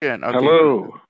Hello